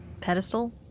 pedestal